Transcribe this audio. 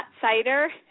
cider